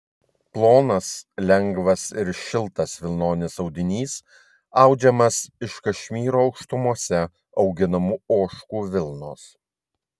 plonas lengvas ir šiltas vilnonis audinys audžiamas iš kašmyro aukštumose auginamų ožkų vilnos